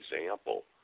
example